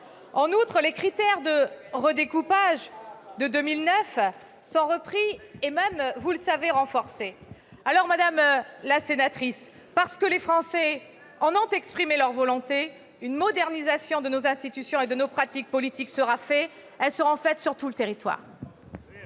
En outre, les critères de redécoupage de 2009 sont repris et même renforcés. Il faut conclure. Madame la sénatrice, parce que les Français en ont exprimé la volonté, une modernisation de nos institutions et de nos pratiques politiques sera faite sur tout le territoire.